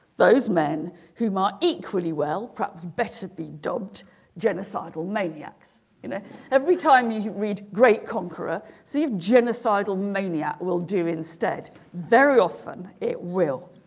those men whom are equally well perhaps better be dubbed maniacs you know every time you read great conqueror see if genocidal maniac will do instead very often it will